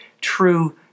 true